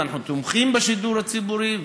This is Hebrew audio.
ואנחנו תומכים בשידור הציבורי,